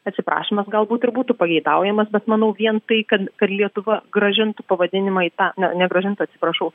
atsiprašymas galbūt ir būtų pageidaujamas bet manau vien tai kad kad lietuva grąžintų pavadinimą į tą ne grąžintų atsiprašau